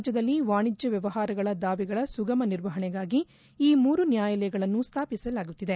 ರಾಜ್ಞದಲ್ಲಿ ವಾಣಿಜ್ಣ ವ್ಣವಹಾರ ದಾವೆಗಳ ಸುಗಮ ನಿರ್ವಹಣೆಗಾಗಿ ಈ ಮೂರು ನ್ಹಾಯಾಲಯಗಳನ್ನು ಸ್ಥಾಪಿಸಲಾಗುತ್ತಿದೆ